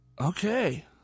Okay